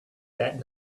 that